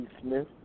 Smith